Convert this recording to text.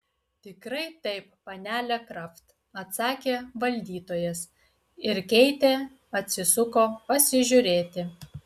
tikrai taip panele kraft atsakė valdytojas ir keitė atsisuko pasižiūrėti